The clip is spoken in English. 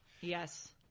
Yes